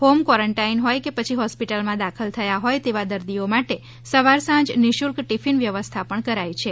home quarantine હોય કે પછી હોસ્પીટલમાં દાખલ થયા હોય તેવા દર્દીઓ માટે સવાર સાંજ નિઃશુલ્ક ટીફીન વ્યવસ્થા પણ કરાઈ છે